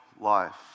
life